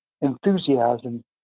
enthusiasm